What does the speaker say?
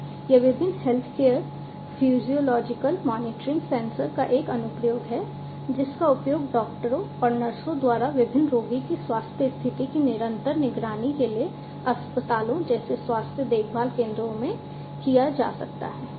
तो यह विभिन्न हेल्थकेयर फिजियोलॉजिकल मॉनिटरिंग सेंसरों का एक अनुप्रयोग है जिसका उपयोग डॉक्टरों और नर्सों द्वारा विभिन्न रोगी की स्वास्थ्य स्थिति की निरंतर निगरानी के लिए अस्पतालों जैसे स्वास्थ्य देखभाल केंद्रों में किया जा सकता है